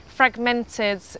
fragmented